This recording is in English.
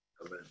Amen